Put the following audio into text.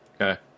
okay